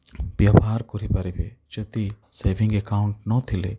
ବ୍ୟବହାର କରିପାରିବେ ଯଦି ସେଭିଙ୍ଗ୍ ଆକାଉଣ୍ଟ ନ ଥିଲେ